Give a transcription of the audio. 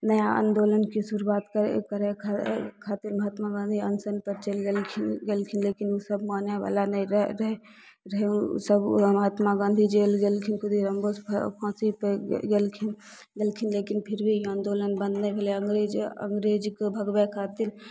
नया आंदोलनके शुरुआत करै करै खा खातिर महात्मा गाँधी अनशन पर चलि गेलखिन गेलखिन लेकिन ओसब मानै बला नहि रहै रहै ओसब ओएह महात्मा गाँधी जेल गेलखिन खुद्दी राम बोस फाँसी पर गेलखिन गेलखिन लेकिन फिर भी आंदोलन बंद नहि भेलै अङ्ग्रेज अङ्ग्रेजके भगबे खातिर